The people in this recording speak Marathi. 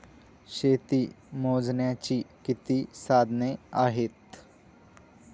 शेती मोजण्याची किती साधने आहेत?